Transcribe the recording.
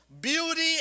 beauty